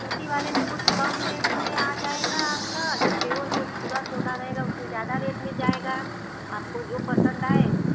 छोटे वालों में कुछ कम रेट में आ जाएगा आपका जो तेवर सौ पूरा सोना रहेगा उसमें ज़्यादा रेट में जाएगा आपको जो पसंद आए उस